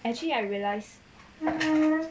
actually I realise